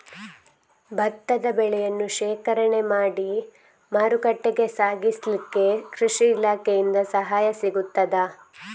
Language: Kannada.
ಭತ್ತದ ಬೆಳೆಯನ್ನು ಶೇಖರಣೆ ಮಾಡಿ ಮಾರುಕಟ್ಟೆಗೆ ಸಾಗಿಸಲಿಕ್ಕೆ ಕೃಷಿ ಇಲಾಖೆಯಿಂದ ಸಹಾಯ ಸಿಗುತ್ತದಾ?